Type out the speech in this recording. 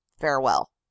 farewell